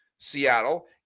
Seattle